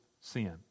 sin